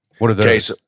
what are those? okay, so